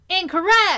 Incorrect